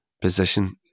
position